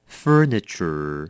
furniture